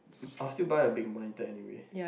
I will still buy a big monitor anyway